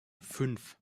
fünf